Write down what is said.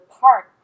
park